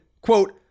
quote